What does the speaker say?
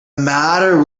matter